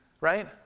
Right